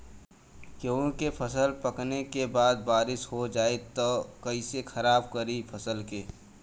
गेहूँ के फसल पकने के बाद बारिश हो जाई त कइसे खराब करी फसल के?